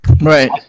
Right